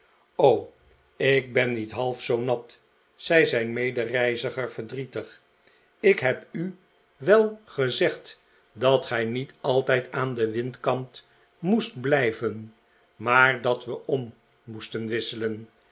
ik ben niet half zoo nat zei zijn medereiziger verdrietig ik heb u wel gezegd dat gij niet altijd aan den windkant moest blijven maar dat we om moesten wisselen